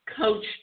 coach